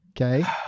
okay